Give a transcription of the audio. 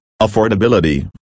affordability